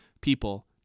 people